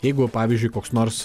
jeigu pavyzdžiui koks nors